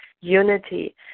unity